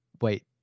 wait